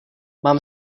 mám